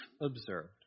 Observed